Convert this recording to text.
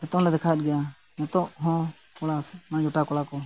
ᱱᱤᱛᱳᱜ ᱦᱚᱸᱞᱮ ᱫᱮᱠᱷᱟᱣᱮᱫ ᱜᱮᱭᱟ ᱱᱤᱛᱳᱜ ᱦᱚᱸ ᱠᱚᱲᱟ ᱥᱮ ᱡᱚᱴᱟᱣ ᱠᱚᱲᱟ ᱠᱚ